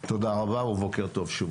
תודה רבה ובוקר טוב שוב.